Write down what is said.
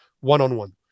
one-on-one